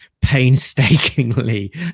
painstakingly